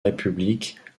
république